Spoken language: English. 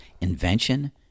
invention